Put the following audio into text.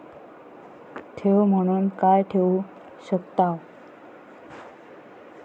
ठेव म्हणून काय ठेवू शकताव?